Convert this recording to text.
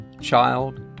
child